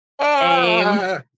Aim